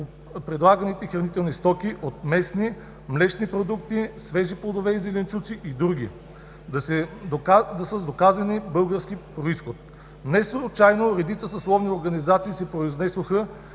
предлаганите хранителни стоки от местни млечни продукти, свежи плодове и зеленчуци и други с доказан български произход. Неслучайно редица съсловни организации се произнесоха